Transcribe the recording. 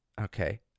Okay